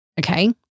Okay